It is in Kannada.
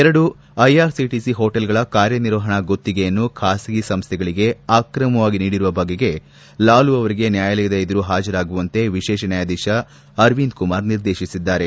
ಎರಡು ಐಆರ್ಒಟಿಸಿ ಹೋಟೆಲ್ಗಳ ಕಾರ್ಡನಿರ್ವಹಣಾ ಗುತ್ತಿಗೆಯನ್ನು ಖಾಸಗಿ ಸಂಸ್ಟೆಗಳಿಗೆ ಅಕ್ರಮವಾಗಿ ನೀಡಿರುವ ಬಗೆಗೆ ಲಾಲೂ ಅವರಿಗೆ ನ್ಹಾಯಾಲದ ಎದಿರು ಹಾಜರಾಗುವಂತೆ ವಿಶೇಷ ನ್ಹಾಯಾಧೀಶ ಅರ್ವಿಂದ್ ಕುಮಾರ್ ನಿರ್ದೇಶಿದ್ದಾರೆ